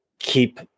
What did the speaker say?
keep